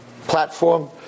platform